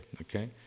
okay